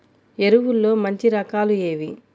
ఎరువుల్లో మంచి రకాలు ఏవి?